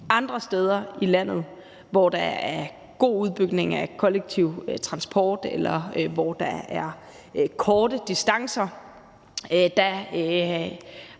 Andre steder i landet, hvor der er en god udbygning af den kollektive transport, eller hvor der er korte distancer,